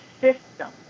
system